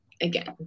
again